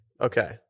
Okay